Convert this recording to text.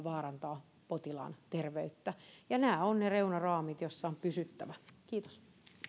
vaarantaa potilaan terveyttä ja nämä ovat ne reunaraamit joissa on pysyttävä kiitos